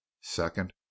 Second